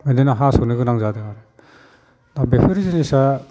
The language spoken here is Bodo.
बिदिनो हास'नो गोनां जादों आरो दा बेफोर जिनिसा